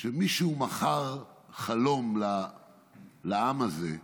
שמישהו מכר חלום לעם הזה,